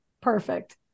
perfect